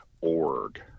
org